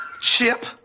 Chip